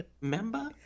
member